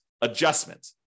adjustment